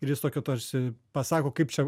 ir jis tokio tarsi pasako kaip čia